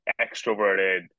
extroverted